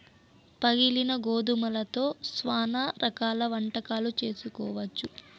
పగిలిన గోధుమలతో శ్యానా రకాల వంటకాలు చేసుకోవచ్చు